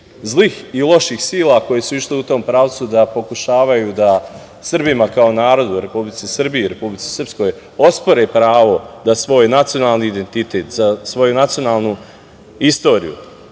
zlih i loših sila koje su išle u tom pravcu da pokušavaju da Srbima kao narodu u Republici Srbiji, u Republici Srpskoj ospore pravo da svoj nacionalni identitet, svoju nacionalnu istoriju,